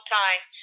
time